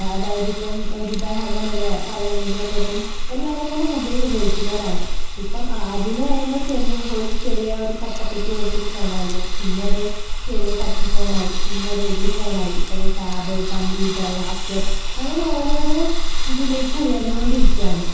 അതായത് ഇപ്പം ഒരു ഉദാഹരണം പറയുക പറയുകയാണെങ്കിൽ നമ്മളിപ്പം എല്ലാവരും തന്നെ മൊബൈൽ ഉപയോഗിക്കുന്നവരാണ് ഇപ്പം ആദ്യം എന്ന് പറയുമ്പോൾ ചെറിയ ഒരു ചെറിയ ഒരു കട്ടപ്പെട്ടി പോലത്തെ ഒരു ഫോണായിരുന്നു പിന്നത് ചെറിയ ടച്ച് ഫോണായി പിന്നത് വലിയ ഫോണായി ഇപ്പം ദേ ടാബ് കംപ്യൂട്ടർ ലാപ് ട്ടോപ് അങ്ങനെ ഓരോരോ ഇതിലേയ്ക്ക് ഉയർന്നുകൊണ്ടിരിക്കുകയാണ്